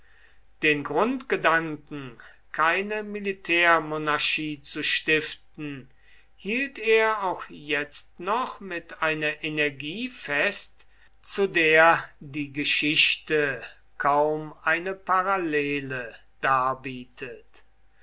den grundgedanken keine militärmonarchie zu stiften hielt er auch jetzt noch mit einer energie fest zu der die geschichte kaum eine parallele darbietet